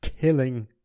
killing